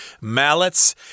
mallets